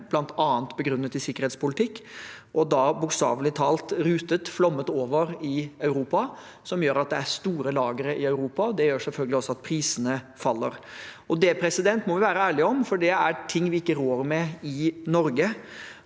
bl.a. begrunnet i sikkerhetspolitikk, og da bokstavelig talt er rutet til og har flommet over i Europa. Det gjør at det er store lagre i Europa, og det gjør selvfølgelig også at prisene faller. Det må vi være ærlige om, for det er ting vi ikke rår over i Norge.